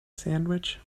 sandwich